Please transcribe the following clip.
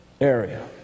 area